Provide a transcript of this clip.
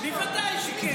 בוודאי שכן.